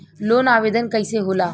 Loan आवेदन कैसे होला?